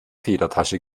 federtasche